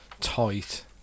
tight